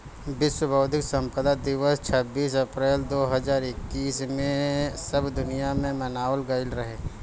विश्व बौद्धिक संपदा दिवस छब्बीस अप्रैल दो हज़ार इक्कीस में सब दुनिया में मनावल गईल रहे